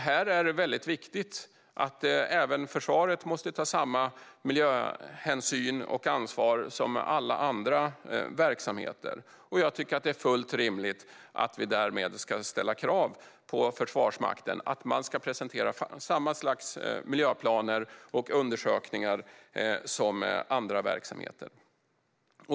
Det är väldigt viktigt att försvaret tar samma miljöhänsyn och ansvar som alla andra verksamheter. Jag tycker att det är fullt rimligt att vi därmed ska ställa krav på att Försvarsmakten ska presentera samma slags miljöplaner och undersökningar som andra verksamheter.